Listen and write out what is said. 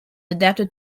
adapted